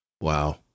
wow